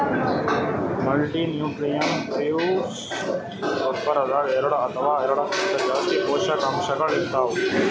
multinutrients ಗೊಬ್ಬರದಾಗ್ ಎರಡ ಅಥವಾ ಎರಡಕ್ಕಿಂತಾ ಜಾಸ್ತಿ ಪೋಷಕಾಂಶಗಳ್ ಇರ್ತವ್